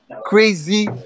crazy